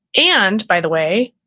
and by the way,